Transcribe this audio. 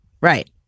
right